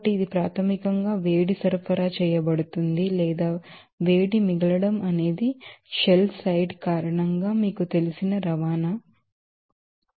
కాబట్టి ఇది ప్రాథమికంగా వేడి సరఫరా చేయబడుతుంది లేదా వేడి మిగలడం అనేది షెల్ సైడ్ కారణంగా మీకు తెలిసిన రవాణా మీకు తెలుసు